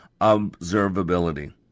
observability